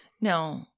No